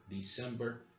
December